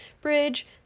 bridge